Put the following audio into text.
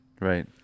right